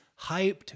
hyped